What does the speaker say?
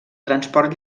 transport